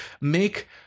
make